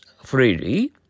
freely